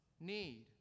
need